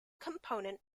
component